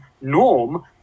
norm